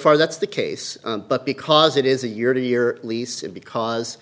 far that's the case but because it is a year to year lease because